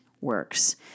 works